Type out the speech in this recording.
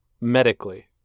Medically